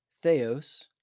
Theos